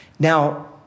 Now